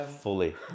Fully